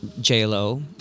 J-Lo